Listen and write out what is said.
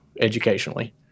educationally